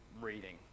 reading